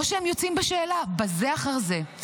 או שהם יוצאים בשאלה בזה אחר זה.